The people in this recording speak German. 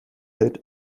hält